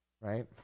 right